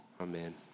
Amen